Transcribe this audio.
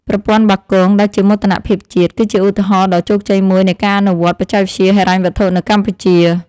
ប្រព័ន្ធបាគងដែលជាមោទនភាពជាតិ គឺជាឧទាហរណ៍ដ៏ជោគជ័យមួយនៃការអនុវត្តបច្ចេកវិទ្យាហិរញ្ញវត្ថុនៅកម្ពុជា។